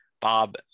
Bob